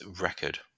record